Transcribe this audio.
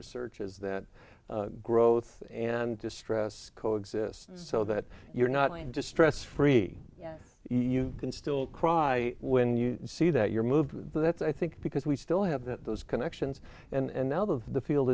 research is that growth and distress co exist so that you're not going to stress free you can still cry when you see that you're moved that's i think because we still have that those connections and out of the field